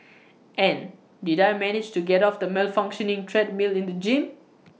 and did I manage to get off the malfunctioning treadmill in the gym